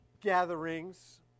gatherings